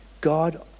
God